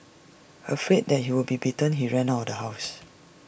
afraid that he would be beaten he ran out of the house